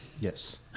Yes